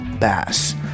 Bass